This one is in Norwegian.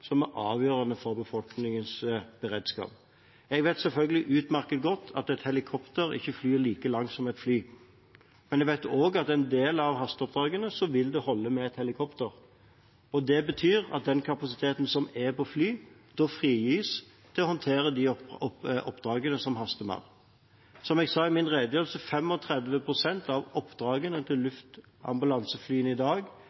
som er avgjørende for befolkningens beredskap. Jeg vet selvfølgelig utmerket godt at et helikopter ikke flyr like langt som et fly, men jeg vet også at for en del av hasteoppdragene vil det holde med et helikopter. Det betyr at den kapasiteten som er på fly, da frigis til å håndtere de oppdragene som haster mer. Som jeg sa i min redegjørelse: 35 pst. av oppdragene til